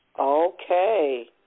Okay